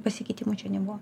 pasikeitimų čia nebuvo